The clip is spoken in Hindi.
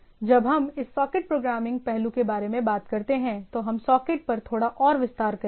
जब हम इस सॉकेट प्रोग्रामिंग पहलू के बारे में बात करते हैं तो हम सॉकेट पर थोड़ा और विस्तार करेंगे